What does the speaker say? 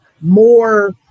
more